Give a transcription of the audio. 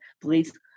please